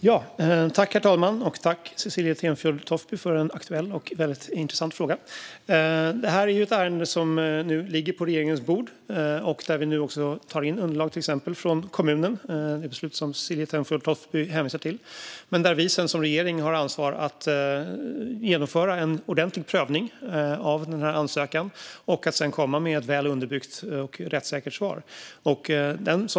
Herr talman! Tack, Cecilie Tenfjord Toftby, för en aktuell och intressant fråga! Detta är ett ärende som nu ligger på regeringens bord och där vi nu tar in underlag från till exempel kommunen - det beslut som Cecilie Tenfjord Toftby hänvisar till. Vi har sedan som regering ansvar för att genomföra en ordentlig prövning av ansökan och komma med ett väl underbyggt och rättssäkert svar.